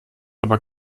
aber